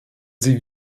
sie